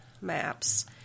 maps